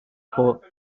por